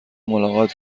ملاقات